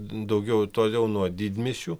daugiau toliau nuo didmiesčių